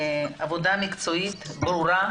עבודה מקצועית, ברורה.